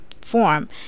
form